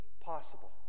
possible